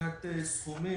מבחינת סכומים,